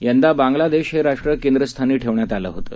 यंदा बांग्ला देश हे राष्ट्र केंद्रस्थानी ठेवण्यात आलं होतं